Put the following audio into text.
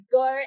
go